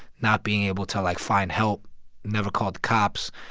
not being able to, like, find help never called the cops.